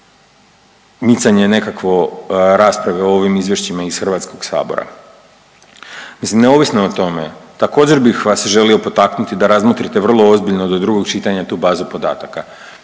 ili micanje nekakvo rasprave o ovim izvješćima iz Hrvatskog sabora. Mislim neovisno o tome također bih vas želio potaknuti da razmotrite vrlo ozbiljno do drugog čitanja tu bazu podataka.